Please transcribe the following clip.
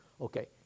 Okay